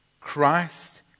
Christ